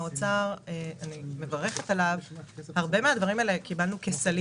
הרבה מהדברים האלה קיבלנו כסלים